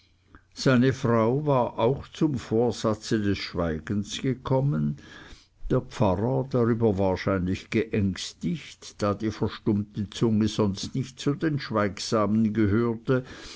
seine frau war auch zum vorsatze des schweigens gekommen der pfarrer darüber wahrscheinlich geängstigt da die verstummte zunge sonst nicht zu den schweigsamen gehörte